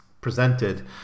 presented